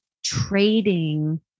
trading